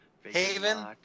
Haven